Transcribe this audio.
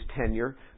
tenure